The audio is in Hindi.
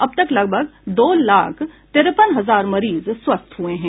अब तक लगभग दो लाख तिरेपन हजार मरीज स्वस्थ हुए हैं